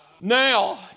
Now